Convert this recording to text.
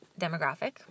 demographic